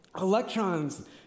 Electrons